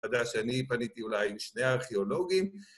אתה יודע שאני פניתי אולי עם שני הארכיאולוגים.